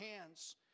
hands